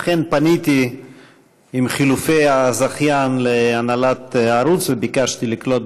אכן פניתי עם חילופי הזכיין להנהלת הערות וביקשתי לקלוט,